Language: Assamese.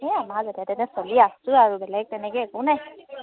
এই আমাৰ যেনে তেনে চলি আছোঁ আৰু বেলেগ তেনেকৈ একো নাই